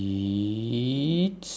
it's